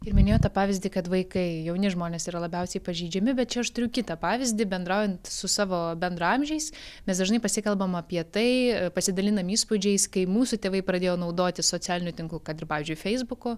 ir minėjot tą pavyzdį kad vaikai jauni žmonės yra labiausiai pažeidžiami bet čia aš turiu kitą pavyzdį bendraujant su savo bendraamžiais mes dažnai pasikalbam apie tai pasidalinam įspūdžiais kai mūsų tėvai pradėjo naudotis socialiniu tinklu kad ir pavyzdžiui feisbuku